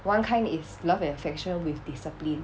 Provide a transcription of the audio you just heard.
one kind is love and affection with discipline